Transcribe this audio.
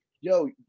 yo